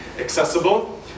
accessible